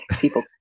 People